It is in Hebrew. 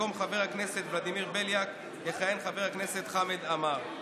במקום חבר הכנסת ולדימיר בליאק יכהן חבר הכנסת חמד עמאר.